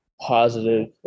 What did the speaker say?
positive